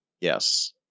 Yes